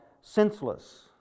senseless